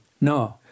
No